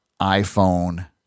iPhone